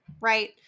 right